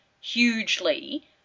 hugely